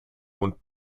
und